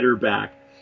back